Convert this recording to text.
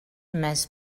més